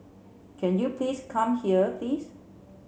can you please come here please